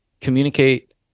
communicate